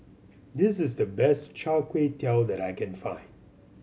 this is the best Char Kway Teow that I can find